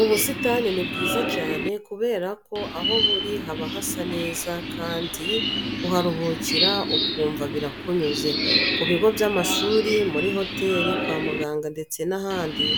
Ubusitani ni bwiza cyane kubera ko aho buri haba hasa neza kandi kuharuhukira ukumva birakunyuze. Ku bigo by'amashuri, muri hoteri, kwa muganga ndetse n'ahandi